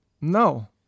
No